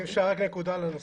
אם אפשר רק נקודה על הנושא הזה,